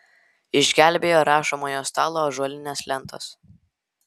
išgelbėjo rašomojo stalo ąžuolinės lentos